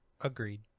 Agreed